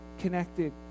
connected